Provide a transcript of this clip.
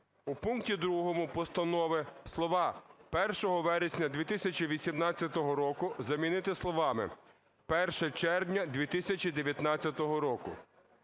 у пункті 2 постанови слова "1 вересня 2018 року" замінити словами "1 червня 2019 року".